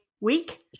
week